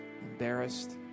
embarrassed